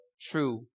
true